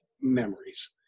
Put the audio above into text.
memories